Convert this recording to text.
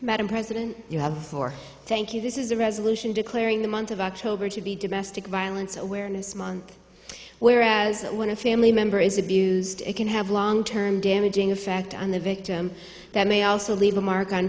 madam president you have thank you this is a resolution declaring the month of october to be domestic violence awareness month where as when a family member is abused it can have long term damaging effect on the victim that may also leave a mark on